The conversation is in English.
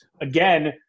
again